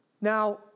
Now